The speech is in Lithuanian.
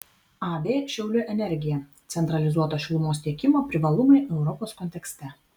ab šiaulių energija centralizuoto šilumos tiekimo privalumai europos kontekste